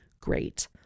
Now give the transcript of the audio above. Great